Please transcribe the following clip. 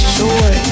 joy